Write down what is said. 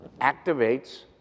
activates